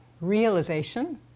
realization